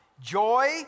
joy